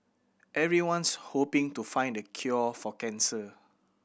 everyone's hoping to find the cure for cancer